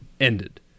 ended